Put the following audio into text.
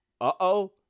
Uh-oh